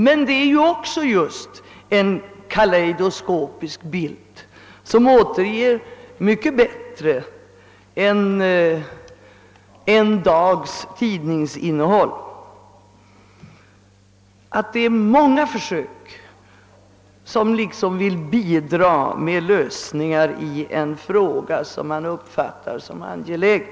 Men detta är också en kalejdoskopisk bild, som mycket bättre än en dags tidningsinnehåll erinrar om att det är många som vill försöka bidra med lösningar av ett problem som man uppfattar som angeläget.